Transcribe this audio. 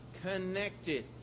connected